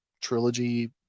trilogy